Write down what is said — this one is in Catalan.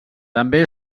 també